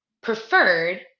preferred